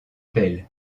pelle